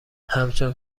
همچون